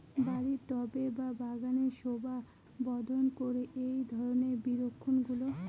বাড়ির টবে বা বাগানের শোভাবর্ধন করে এই ধরণের বিরুৎগুলো